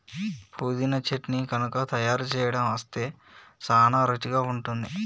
పుదీనా చట్నీ గనుక తయారు సేయడం అస్తే సానా రుచిగా ఉంటుంది